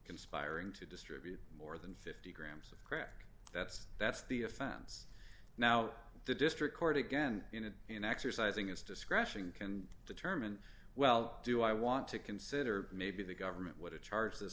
conspiring to distribute more than fifty grams of crack that's that's the offense now the district court again in exercising its discretion can determine well do i want to consider maybe the government would have charged this